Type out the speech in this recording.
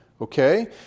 Okay